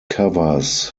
covers